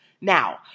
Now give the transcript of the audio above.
Now